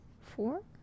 four